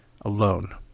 alone